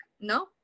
no